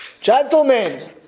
Gentlemen